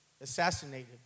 assassinated